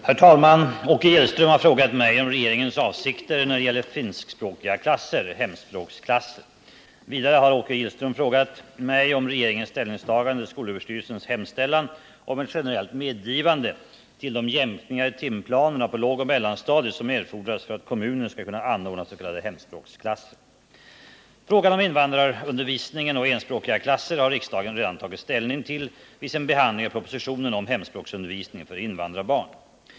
Herr talman! Åke Gillström har frågat mig om regeringens avsikter när det gäller finskspråkiga klasser . Vidare har Åke Gillström frågat mig om regeringens ställningstagande till skolöverstyrelsens hemställan om ett generellt medgivande till de jämkningar i timplanerna på lågoch mellanstadiet som erfordras för att kommuner skall kunna anordna s.k. hemspråksklasser. Frågan om invandrarundervisningen och enspråkiga klasser har riksdagen redan tagit ställning till vid sin behandling av propositionen om hemspråksundervisning för invandrarbarn.